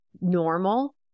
normal